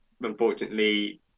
unfortunately